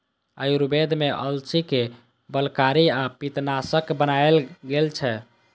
आयुर्वेद मे अलसी कें बलकारी आ पित्तनाशक बताएल गेल छै